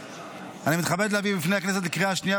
אני מתכבד להביא בפני הכנסת לקריאה השנייה